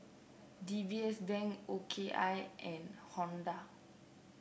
D B S Bank O K I and Honda